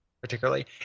Particularly